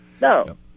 No